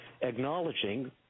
acknowledging